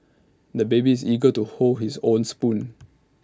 the baby is eager to hold his own spoon